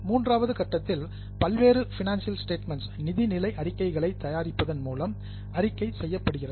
மூன்றாவது கட்டத்தில் பல்வேறு பைனான்சியல் ஸ்டேட்மெண்ட்ஸ் நிதி நிலை அறிக்கைகளை தயாரிப்பதன் மூலம் அறிக்கை செய்யப்படுகிறது